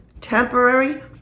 Temporary